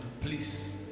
please